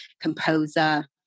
composer